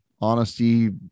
Honesty